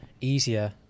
easier